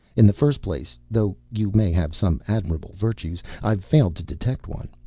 in the first place, though you may have some admirable virtues, i've failed to detect one.